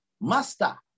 Master